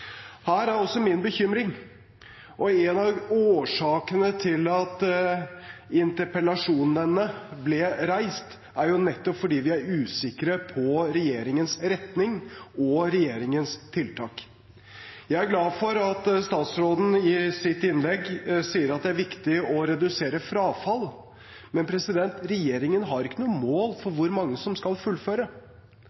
Her er også min bekymring, og en av årsakene til at interpellasjonen ble reist, nettopp at vi er usikre på regjeringens retning og tiltak. Jeg er glad for at statsråden i sitt innlegg sier at det er viktig å redusere frafall, men regjeringen har ikke noe mål for